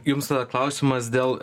jums tada klausimas dėl